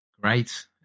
Great